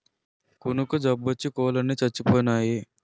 కునుకు జబ్బోచ్చి కోలన్ని సచ్చిపోనాయి